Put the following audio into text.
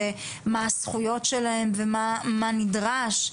מה הזכויות שלהם ומה נדרש.